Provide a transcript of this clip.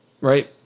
right